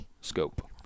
scope